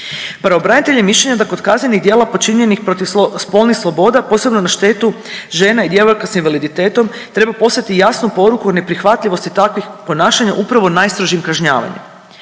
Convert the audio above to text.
Pravobranitelj je mišljenja da kod kaznenih djela počinjenih protiv spolnih sloboda posebno na štetu žena i djevojaka s invaliditetom treba poslati jasnu poruku o neprihvatljivosti takvih ponašanja upravo najstrožim kažnjavanjem.